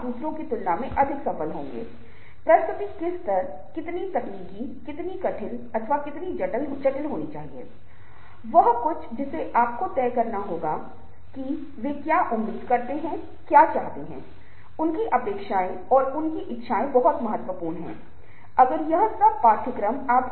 इसलिए जब मैं संगीत के बारे में बात करता हूं और जिस तरह से यह संवाद करता है यह वास्तव में सॉफ्ट स्किल्स से दूर नहीं है क्योंकि यह दस साल पहले लगता था क्योंकि आज आप पाते हैं कि यह हमारे जीवन मे मल्टी मीडिया के संदर्भ में बहुत महत्वपूर्ण भूमिका निभाता है